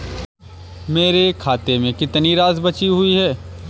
मेरे खाते में कितनी राशि बची हुई है?